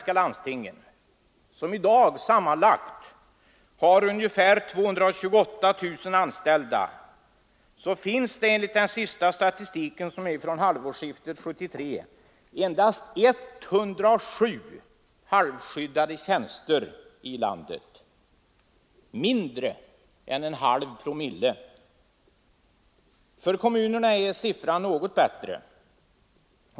Hos landstingen, som i dag har sammanlagt 228 000 anställda, finns enligt den senaste statistiken från halvårsskiftet 1973 endast 107 halvskyddade tjänster i hela landet. Mindre än en halv promille! För kommunerna är siffran något bättre.